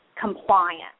compliance